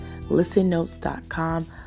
ListenNotes.com